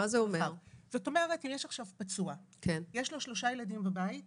זה אומר שאם יש עכשיו פצוע ויש לו שלושה ילדים בבית ואישה.